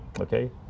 Okay